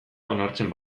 onartzen